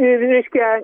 ir reiškia